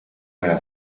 nella